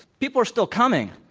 people are still coming,